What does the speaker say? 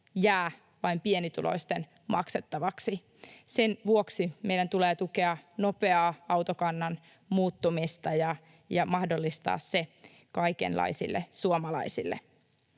jää vain pienituloisten maksettaviksi. Sen vuoksi meidän tulee tukea nopeaa autokannan muuttumista ja mahdollistaa se kaikenlaisille suomalaisille.